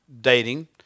dating